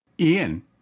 Ian